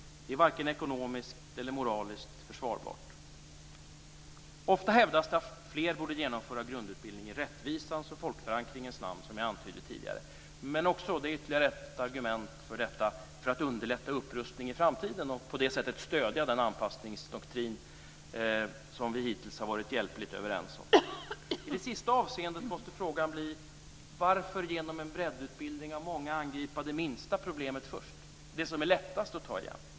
Det är varken ekonomiskt eller moraliskt försvarbart. Ofta hävdas att fler borde genomföra grundutbildning i rättvisans och folkförankringens namn, vilket jag antydde tidigare. Ytterligare ett argument är att det skulle underlätta upprustning i framtiden och på så sätt stödja den anpassningsdoktrin som vi hittills varit hjälpligt överens om. I det sista avseendet måste frågan bli: Varför genom en breddutbildning av många angripa det minsta problemet först, det som är lättast att ta igen?